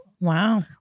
Wow